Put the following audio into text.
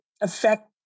affect